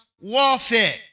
warfare